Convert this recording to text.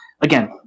Again